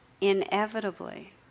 inevitably